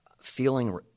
feeling